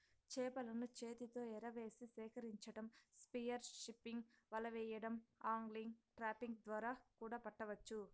చేపలను చేతితో ఎరవేసి సేకరించటం, స్పియర్ ఫిషింగ్, వల వెయ్యడం, ఆగ్లింగ్, ట్రాపింగ్ ద్వారా కూడా పట్టవచ్చు